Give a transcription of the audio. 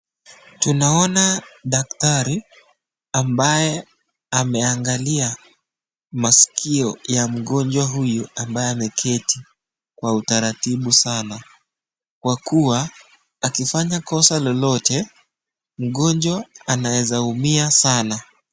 Tunaona daktari ambaye ameangalia maskioya mgonjwa huyu ambaye ameketi kwa utaratibu sana, kwa kuwa akifanya kosa lolote, mgonjwa anaweza umia sana.